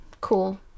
cool